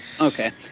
Okay